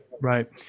right